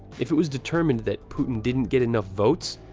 if it was determined that putin didn't get enough votes,